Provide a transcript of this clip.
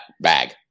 bag